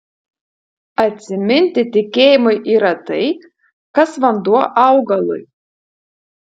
atsiminti tikėjimui yra tai kas vanduo augalui